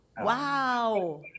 Wow